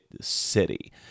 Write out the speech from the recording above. city